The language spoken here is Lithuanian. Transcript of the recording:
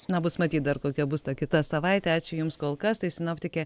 na bus matyt dar kokia bus ta kita savaitė ačiū jums kol kas tai sinoptikė